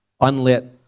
unlit